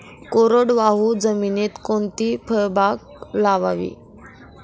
कोरडवाहू जमिनीत कोणती फळबाग लावावी?